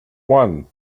one